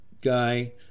Guy